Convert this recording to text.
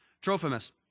Trophimus